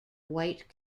white